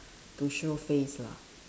to show face lah